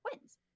wins